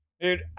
dude